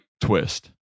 twist